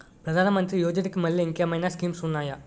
ప్రధాన మంత్రి యోజన కి మల్లె ఇంకేమైనా స్కీమ్స్ ఉన్నాయా?